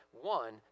one